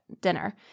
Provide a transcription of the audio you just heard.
dinner